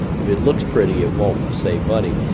if it looks pretty it won't save money.